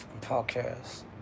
podcast